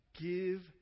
give